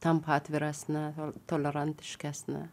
tampa atviresnė tolerantiškesnė